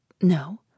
No